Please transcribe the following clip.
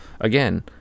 Again